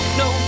no